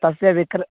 तस्य विक्र